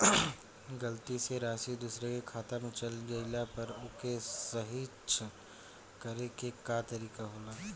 गलती से राशि दूसर के खाता में चल जइला पर ओके सहीक्ष करे के का तरीका होई?